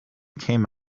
came